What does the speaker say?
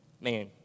man